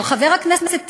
של חבר הכנסת טיבי,